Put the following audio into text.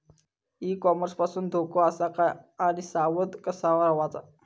E commerce पासून धोको आसा काय आणि सावध कसा रवाचा?